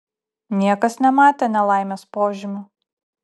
niekas nematė nelaimės požymių